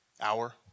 hour